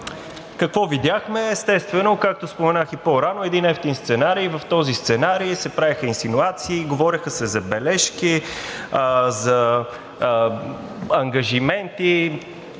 Какво видяхме? Естествено, както споменах и по-рано, един евтин сценарий. В този сценарий се правиха инсинуации, говореха се забележки, за ангажименти.